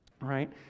right